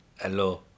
Hello